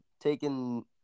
taking